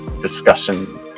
Discussion